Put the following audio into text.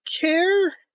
care